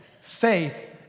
Faith